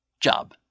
Job